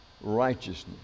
righteousness